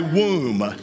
womb